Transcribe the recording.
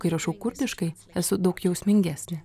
kai rašau kurdiškai esu daug jausmingesnė